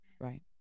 Right